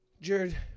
Jared